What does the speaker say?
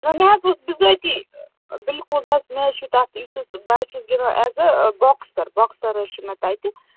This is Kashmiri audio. تِم حظ اوس بِذٲتی بِلکُل حظ مےٚ حظ چھُ تتھ بہٕ حظ چھُس گِنٛدان اَیز ا بۄکسر بۄکسر حظ چھُ مےٚ تَتہِ